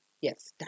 yes